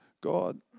God